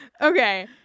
Okay